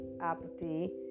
apathy